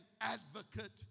advocate